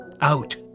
out